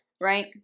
right